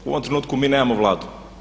U ovom trenutku mi nemamo Vladu.